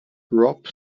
drop